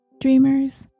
Dreamers